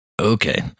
Okay